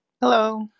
Hello